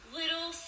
little